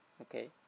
okay